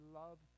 love